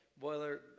boiler